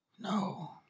No